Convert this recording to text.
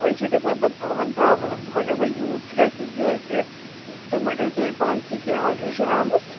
ونۍ چھِ گَژھان پتہٕ پَلوَن پرابلم مگر ونۍ یوٗت تہِ گَژھِ نہٕ کینٛہہ کہ تۄہہِ مہَ چھو تیٚلہِ پانسے کینٛہہ آلٹریشن آمژ